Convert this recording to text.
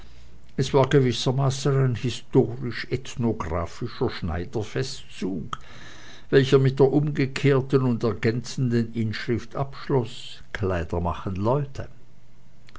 es war gewissermaßen ein historisch ethnographischer schneiderfestzug welcher mit der umgekehrten und ergänzenden inschrift abschloß kleider machen leute